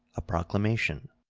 a proclamation.